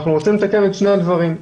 אנחנו רוצים לתקן את שני הדברים.